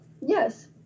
Yes